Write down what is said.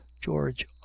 george